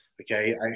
okay